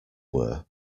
were